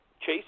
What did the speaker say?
Chase